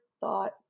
thought